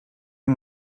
heb